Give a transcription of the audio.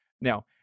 Now